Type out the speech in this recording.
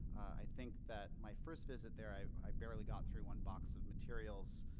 i think that my first visit there i i barely got through one box of materials.